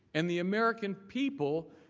and the american people,